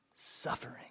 Suffering